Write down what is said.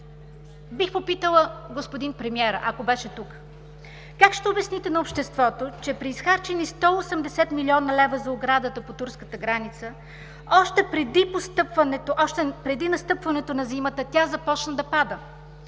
Бих попитала господин премиера, ако беше тук: как ще обясните на обществото, че при изхарчени 180 млн. лв. за оградата по турската граница, още преди настъпването на зимата тя започна да пада?